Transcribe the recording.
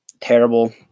terrible